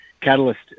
catalyst